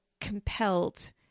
compelled